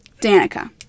Danica